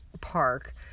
park